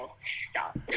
stop